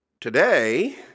Today